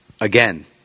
again